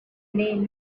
name